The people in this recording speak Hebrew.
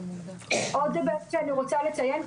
מה שאני עוד רוצה לציין,